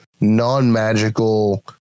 non-magical